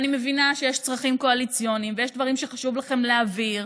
אני מבינה שיש צרכים קואליציוניים ויש דברים שחשוב לכם להעביר,